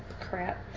crap